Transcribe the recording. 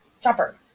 Chopper